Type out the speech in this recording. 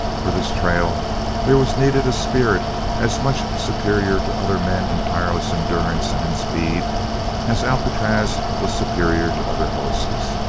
for this trail there was needed a spirit as much superior to other men in tireless endurance and in speed as alcatraz was superior to other horses.